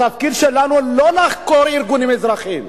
התפקיד שלנו הוא לא לחקור ארגונים אזרחיים,